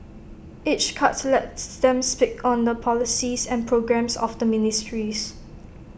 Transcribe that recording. each cut lets them speak on the policies and programmes of the ministries